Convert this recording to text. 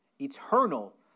Eternal